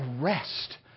Arrest